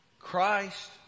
Christ